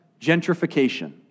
gentrification